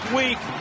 week